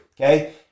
okay